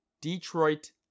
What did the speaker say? Detroit